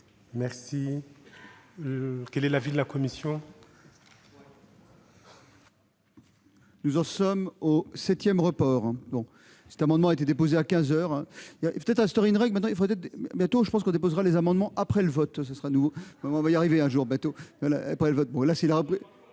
Quel est l'avis de la commission ?